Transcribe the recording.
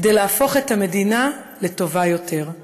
כדי להפוך את המדינה לטובה יותר.